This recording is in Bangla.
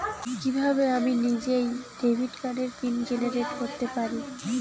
কিভাবে আমি নিজেই ডেবিট কার্ডের পিন জেনারেট করতে পারি?